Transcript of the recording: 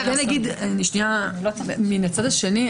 מהצד השני,